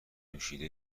نوشیده